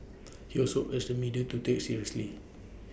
he also urged the media to take seriously